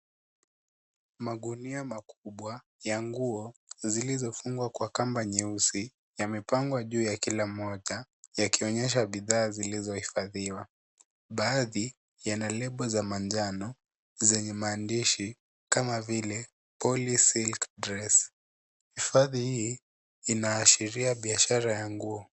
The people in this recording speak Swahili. Magunia makubwa ya nguo zilizofungwa kwa kamba nyeusi, yamepangwa juu ya kila moja yakionyesha bidhaa zilizohifadhiwa. Baadhi yana lebo za manjano zenye maandishi kama vile Poly Silk Dress . Hifadhi hii inaashiria biashara ya nguo.